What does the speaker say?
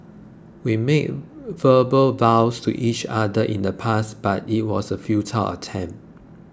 we made verbal vows to each other in the past but it was a futile attempt